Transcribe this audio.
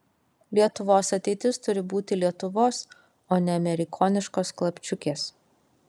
lietuvos ateitis turi būti lietuvos o ne amerikoniškos klapčiukės